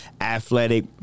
athletic